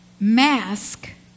mask